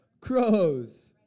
crows